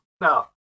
No